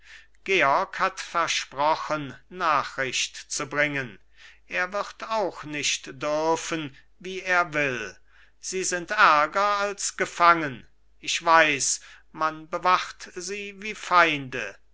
georg hat versprochen nachricht zu bringen er wird auch nicht dürfen wie er will sie sind ärger als gefangen ich weiß man bewacht sie wie feinde